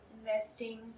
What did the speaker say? Investing